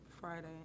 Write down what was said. Friday